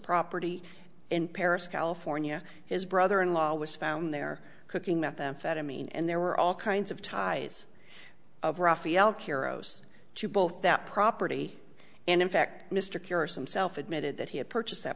property and harris california his brother in law was found there cooking methamphetamine and there were all kinds of ties of raphael keros to both that property and in fact mr curious themself admitted that he had purchased that